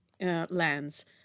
lands